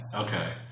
Okay